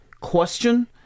question